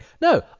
no